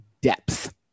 depth